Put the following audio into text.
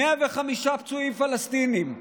105 פצועים פלסטינים.